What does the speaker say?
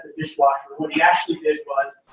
dishwasher, what he actually did was,